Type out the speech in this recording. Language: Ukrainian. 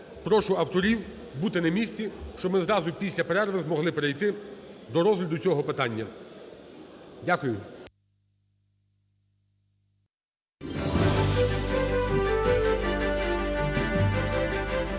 Прошу авторів бути на місці, щоб ми зразу після перерви змогли перейти до розгляду цього питання. Дякую.